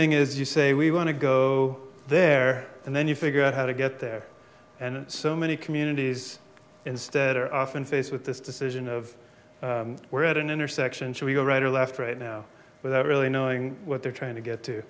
is you say we want to go there and then you figure out how to get there and so many communities instead are often faced with this decision of we're at an intersection show you right or left right now without really knowing what they're trying to get to